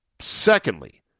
Secondly